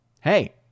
hey